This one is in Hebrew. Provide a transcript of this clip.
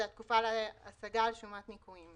זאת התקופה להשגה על שומת ניכויים.